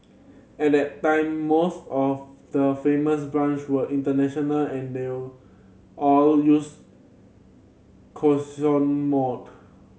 at that time most of the famous brands were international and they all used mode